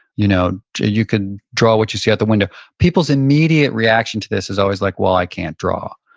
you know you can draw what you see out the window. people's immediate reaction to this is always like well, i can't draw.